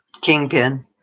kingpin